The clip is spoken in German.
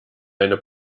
eine